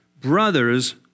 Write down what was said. brothers